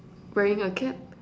wearing a cap